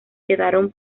quedaron